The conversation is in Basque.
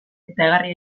egarria